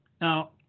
Now